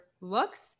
looks